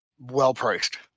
well-priced